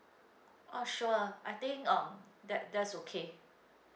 oh sure I think uh that that's okay